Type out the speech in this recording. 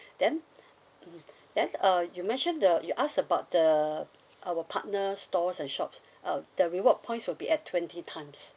then then uh you mentioned the you asked about the our partner stores and shops uh the reward points will be at twenty times